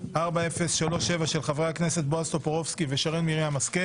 של ח"כ בועז טופורובסקי וחברת הכנסת שרן השכל